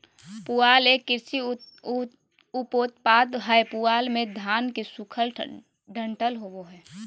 पुआल एक कृषि उपोत्पाद हय पुआल मे धान के सूखल डंठल होवो हय